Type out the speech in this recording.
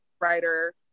writer